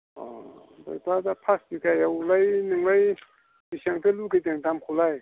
अ बे पास बिगायावलाय नोंलाय बेसांथो लुगैदों दामखौलाय